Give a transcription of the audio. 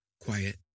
quiet